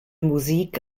musik